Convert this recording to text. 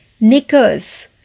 knickers